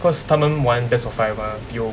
because 他们玩 best of five mah they will